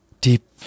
deep